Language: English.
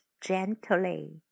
gently